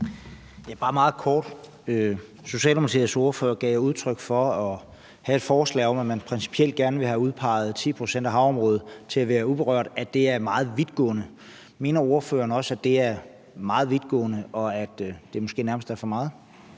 er bare meget kort: Socialdemokratiets ordfører gav udtryk for, at det forslag om, at man principielt gerne vil have udpeget 10 pct. af havområdet til at være uberørt, er meget vidtgående. Mener ordføreren også, at det er meget vidtgående, og at det måske nærmest er for meget?